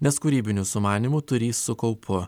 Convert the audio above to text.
nes kūrybinių sumanymų turįs su kaupu